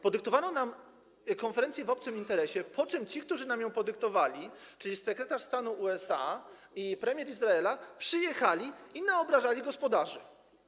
Podyktowano nam konferencję w obcym interesie, po czym ci, którzy nam ją podyktowali, czyli sekretarz stanu USA i premier Izraela, przyjechali i naobrażali gospodarzy.